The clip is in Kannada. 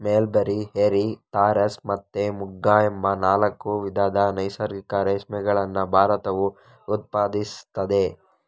ಮಲ್ಬೆರಿ, ಎರಿ, ತಾಸರ್ ಮತ್ತೆ ಮುಗ ಎಂಬ ನಾಲ್ಕು ವಿಧದ ನೈಸರ್ಗಿಕ ರೇಷ್ಮೆಗಳನ್ನ ಭಾರತವು ಉತ್ಪಾದಿಸ್ತದೆ